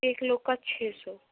एक लोग का छः सौ